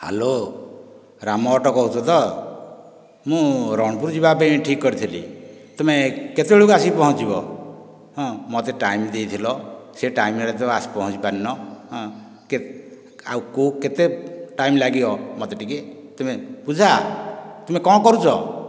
hello Ram auto କହୁଛ ତ ମୁଁ ରଣପୁର ଯିବା ପାଇଁ ଠିକ୍ କରିଥିଲି ତୁମେ କେତେବେଳକୁ ଆସିକି ପହଞ୍ଚିବ ହଁ ମୋତେ ଟାଇମ୍ ଦେଇଥିଲ ସେହି ଟାଇମ୍ ରେ ତ ଆସିକି ପହଞ୍ଚି ପାରିନ ହଁ ଆଉ କେଉଁ କେତେ ଟାଇମ୍ ଲାଗିବ ମୋତେ ଟିକେ ମୋତେ ତୁମେ ଟିକେ ବୁଝାଅ ତୁମେ କ'ଣ କରୁଛ